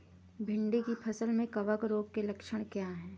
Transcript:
भिंडी की फसल में कवक रोग के लक्षण क्या है?